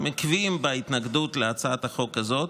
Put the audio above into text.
הם עקביים בהתנגדות להצעת החוק הזאת,